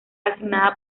asignada